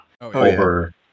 over